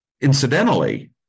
incidentally